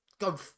go